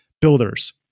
builders